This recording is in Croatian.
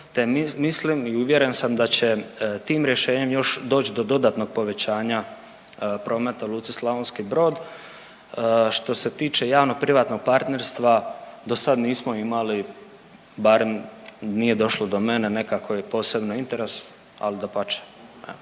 mislim i uvjeren sam da će tim rješenjem još doći do dodatnog povećanja prometa u Luci Slavonski Brod. Što se tiče javno-privatnog partnerstva, do sad nismo imali, bar nije došlo do mene neka koja je posebni interes, ali dapače.